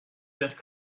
père